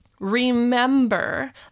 Remember